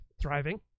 thriving